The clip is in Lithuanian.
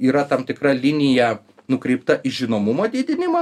yra tam tikra linija nukreipta į žinomumo didinimą